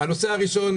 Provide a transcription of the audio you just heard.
הנושא הראשון,